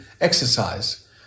exercise